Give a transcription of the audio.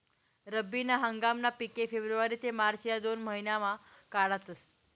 रब्बी ना हंगामना पिके फेब्रुवारी ते मार्च या दोन महिनामा काढातस